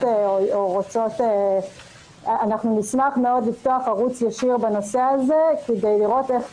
אנחנו נשמח מאוד לפתוח ערוץ ישיר בנושא הזה כדי לראות איך